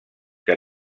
que